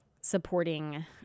supporting